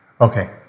okay